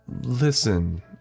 Listen